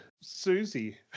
Susie